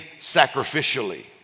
sacrificially